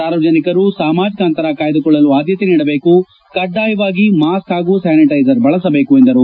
ಸಾರ್ವಜನಿಕರು ಸಾಮಾಜಕ ಅಂತರ ಕಾಯ್ದಕೊಳ್ಳಲು ಆದ್ಯತೆ ನೀಡಬೇಕು ಕಡ್ಡಾಯವಾಗಿ ಮಾಸ್ಕ್ ಹಾಗೂ ಸ್ಥಾನಿಟ್ಟೆಸರ್ ಬಳಸಬೇಕು ಎಂದರು